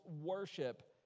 worship